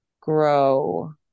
grow